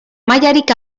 mailarik